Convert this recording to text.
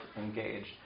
engaged